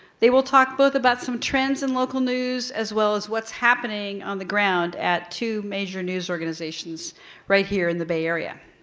they will talk both about some trends in local news as well as what's happening on the ground at two major news organizations right here in the bay area.